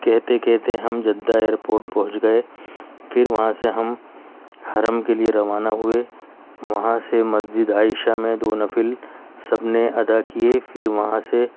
کہتے کہتے ہم جدہ ایئرپورٹ پہنچ گئے پھر وہاں سے ہم حرم کے لیے روانہ ہوئے وہاں سے مسجد عائشہ میں دو نفل سب نے ادا کئے پھر وہاں سے